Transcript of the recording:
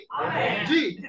Amen